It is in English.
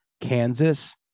kansas